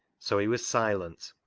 so he was silent.